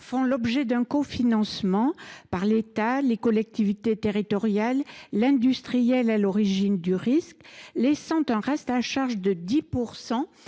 font l’objet d’un cofinancement par l’État, les collectivités territoriales, ainsi que par l’industriel à l’origine du risque, laissant un reste à charge de 10